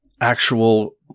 actual